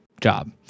job